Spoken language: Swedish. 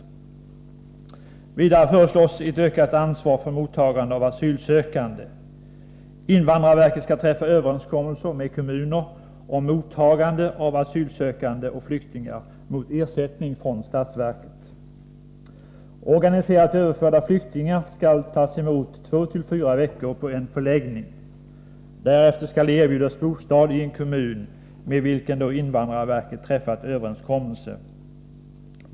Vidare föreslås ett ökat ansvar för mottagande av asylsökande. Invandrarverket skall träffa överenskommelser med kommunerna om mottagande av asylsökande och flyktingar mot ersättning från statsverket. Organiserat överförda flyktingar skall tas emot två till fyra veckor på en förläggning. Därefter skall de erbjudas bostad i en kommun med vilken invandrarverket då har träffat överenskommelse.